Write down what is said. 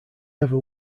never